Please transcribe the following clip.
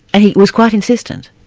and he was quite insistent?